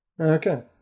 Okay